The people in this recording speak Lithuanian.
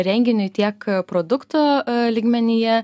renginiui tiek produkto lygmenyje